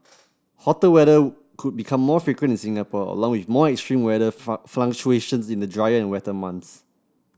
hotter weather could become more frequent in Singapore along with more extreme weather fluctuations in the drier and wetter months